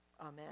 Amen